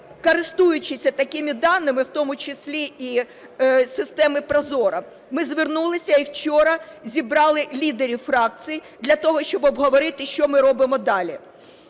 користуючись такими даними, в тому числі і системи ProZorro, ми звернулися і вчора зібрали лідерів фракцій для того, щоб обговорити, що ми робимо далі